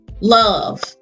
love